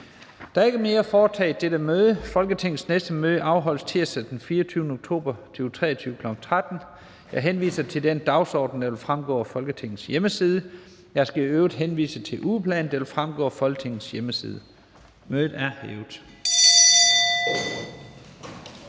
Der er ikke mere at foretage i dette møde. Folketingets næste møde afholdes tirsdag den 24. oktober 2023, kl. 13.00. Jeg henviser til den dagsorden, der vil fremgå af Folketingets hjemmeside. Jeg skal i øvrigt henvise til ugeplanen, der vil fremgå af Folketingets hjemmeside. Mødet er hævet.